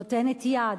נותנת יד,